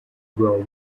grow